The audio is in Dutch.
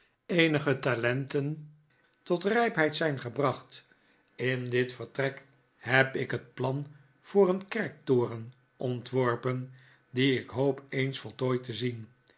eenige talenten tot rijpheid zijn gebracht in dit vertrek heb ik het plan voor een kerktoren ontworpen dien ik hoop eens voltooid te zien